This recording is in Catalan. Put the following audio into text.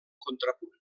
contrapunt